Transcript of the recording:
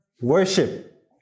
worship